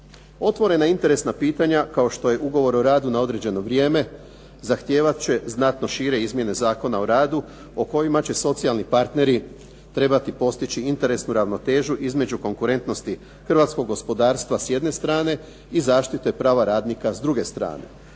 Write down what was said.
Otvorena interesna pitanja kao što je ugovor o radu na određeno vrijeme, zahtijevat će znatno šire izmjene Zakona o radu o kojima će socijalni partneri trebati postići interesnu ravnotežu između konkurentnosti hrvatskog gospodarstva s jedne strane i zaštite prava radnika s druge strane.